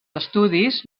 estudis